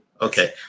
Okay